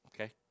okay